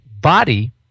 body